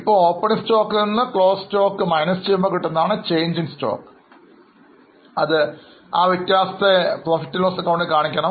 ഇപ്പോൾ opening stock നിന്നും closing stock കുറച്ചാൽ change in stock ലഭിക്കും ആ വ്യത്യാസത്തെ ഇതിൽ കാണിക്കണം